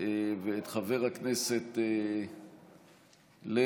ואת חבר הכנסת לוי,